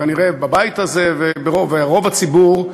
כנראה בבית הזה ורוב הציבור,